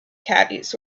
caddies